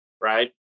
right